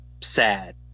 sad